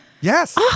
yes